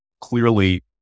clearly